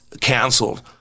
canceled